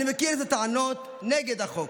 אני מכיר את הטענות נגד החוק: